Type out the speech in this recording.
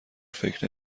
فکر